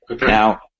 Now